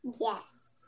Yes